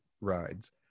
rides